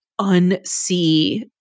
unsee